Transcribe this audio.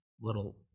little